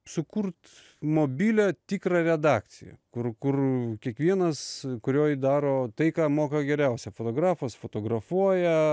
sukurt mobilią tikrą redakciją kur kur kiekvienas kurioj daro tai ką moka geriausiai fotografas fotografuoja